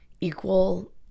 equal